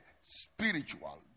spiritual